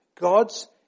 God's